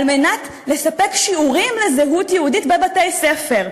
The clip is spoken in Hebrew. על מנת לספק שיעורים לזהות יהודית בבתי-ספר.